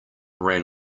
ran